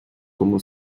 кому